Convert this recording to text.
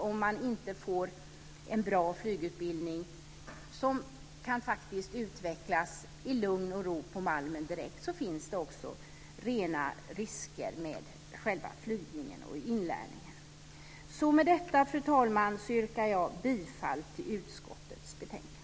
Om det inte blir en bra flygutbildning som kan utvecklas i lugn och ro direkt på Malmen finns det rena risker med själva flygningen och inlärningen. Med detta, fru talman, yrkar jag bifall till förslaget i utskottets betänkande.